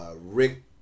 Rick